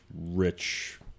rich